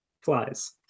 flies